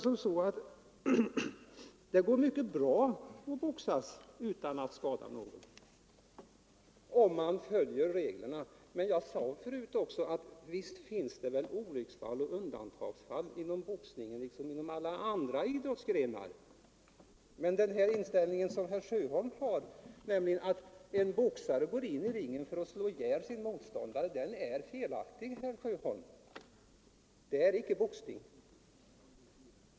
Det går mycket bra att boxas utan att skada någon om man följer reglerna. Men jag sade förut också att visst förekommer det i undantagsfall olyckor inom boxningen liksom inom alla andra idrottsgrenar. Men den inställning som herr Sjöholm har, nämligen att en boxare går in i ringen för att slå ihjäl sin motståndare, är felaktig. Det är icke boxning.